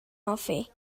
hoffi